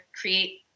create